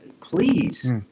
Please